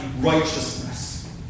righteousness